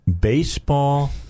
Baseball